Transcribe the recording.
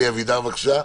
אלי אבידר, בבקשה.